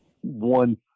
one